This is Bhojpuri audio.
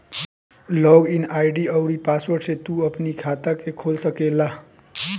लॉग इन आई.डी अउरी पासवर्ड से तू अपनी खाता के खोल सकेला